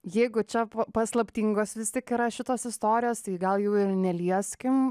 jeigu čia po paslaptingos vis tik yra šitos istorijos tai gal jau ir nelieskim